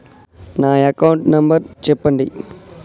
నా account number చెప్పండి?